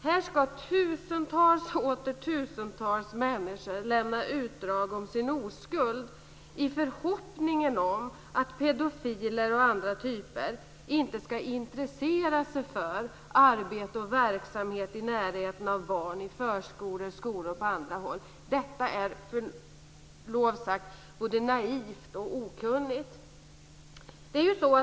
Här ska tusentals och åter tusentals människor lämna utdrag om sin oskuld i förhoppningen om att pedofiler och andra typer inte ska intressera sig för arbete och verksamhet i närheten av barn i förskolor, skolor och på andra håll. Detta är med förlov sagt både naivt och okunnigt.